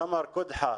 סמר קודחה,